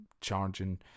charging